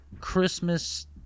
Christmas